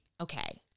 okay